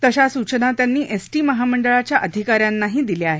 तशा सूचना त्यांनी एसटी महामंडळाच्या अधिका यांनाही दिल्या आहेत